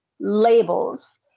labels